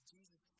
Jesus